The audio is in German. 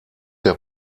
der